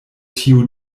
tiu